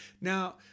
Now